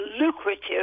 lucrative